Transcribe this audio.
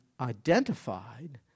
identified